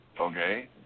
Okay